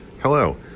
Hello